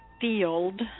Field